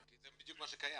כי זה בדיוק מה שקיים.